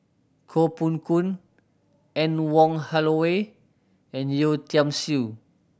Koh Poh Koon Anne Wong Holloway and Yeo Tiam Siew